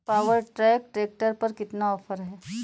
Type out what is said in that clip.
Power track tractor पर कितना offer है?